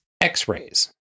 x-rays